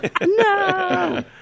No